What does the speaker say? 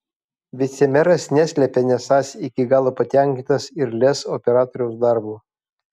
vicemeras neslepia nesąs iki galo patenkintas ir lez operatoriaus darbu